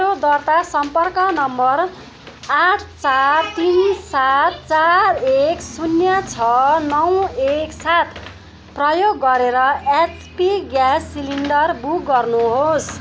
मेरो दर्ता सम्पर्क नम्बर आठ चार तिन सात चार एक शून्य छ नौ एक सात प्रयोग गरेर एचपी ग्यास सिलिन्डर बुक गर्नुहोस्